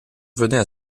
venaient